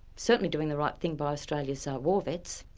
certainly doing the right thing by australia's so war vets.